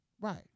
Right